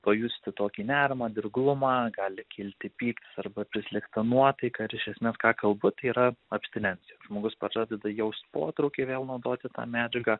pajusti tokį nerimą dirglumą gali kilti pyktis arba prislėgta nuotaika ir iš esmės ką kalbu tai yra abstinencija žmogus pats pradeda jaust potraukį vėl naudoti tą medžiagą